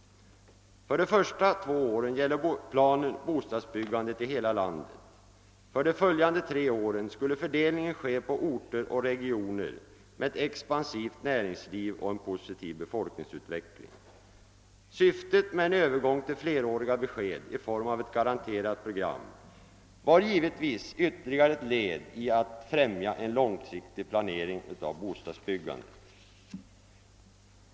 För de första två åren gäller planen bostadsbyggandet i hela landet. För de följande tre åren skulle fördelningen ske på orter och regioner med ett expansivt näringsliv och en positiv befolkningsutveckling. Syftet med en övergång till fleråriga besked i form av ett garanterat program var givetvis ytterligare ett led i att främja en långsiktig planering av bostadsbyggandet.